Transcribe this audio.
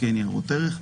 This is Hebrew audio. תיקי ניירות ערך,